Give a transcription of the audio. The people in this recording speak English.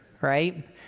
right